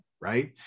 right